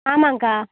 ஆமாம்ங்கா